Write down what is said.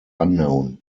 unknown